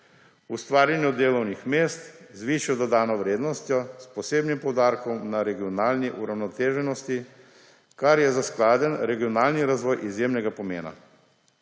ustvarjanje delovnih mest z višjo dodano vrednostjo, s posebnim poudarkom na regionalni uravnoteženosti, kar je za skladen regionalni razvoj izjemnega pomena;